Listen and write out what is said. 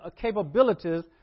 capabilities